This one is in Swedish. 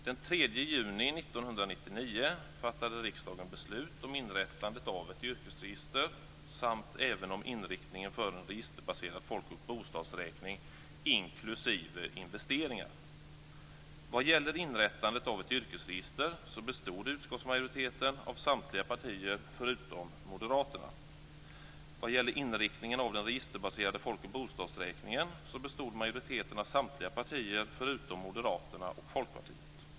Den 3 juni 1999 fattade riksdagen beslut om inrättandet av ett yrkesregister samt även om inriktningen för en registerbaserad folk och bostadsräkning inklusive investeringar. Vad gäller inrättandet av ett yrkesregister bestod utskottsmajoriteten av samtliga partier förutom Moderaterna. Vad gäller inriktningen av den registerbaserade folk och bostadsräkningen bestod majoriteten av samtliga partier förutom Moderaterna och Folkpartiet.